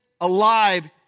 alive